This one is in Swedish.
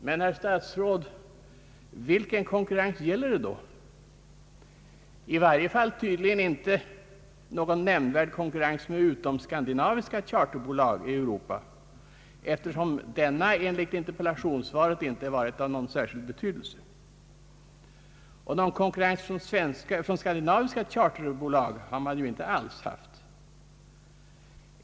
Men, herr statsråd, vilken konkurrens gäller det då? I varje fall tydligen inte någon nämnvärd konkurrens med utom skandinaviska charterbolag i Europa, eftersom denna enligt interpellationssvaret inte varit av någon särskild betydelse. Och någon konkurrens från skandinaviska charterbolag har man tydligen inte alls haft.